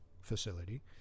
facility